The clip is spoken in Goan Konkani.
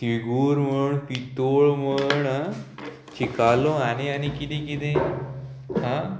तिगूर म्हण पितोळ म्हण आं चिकालो आनी आनी किदें किदें आं